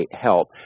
help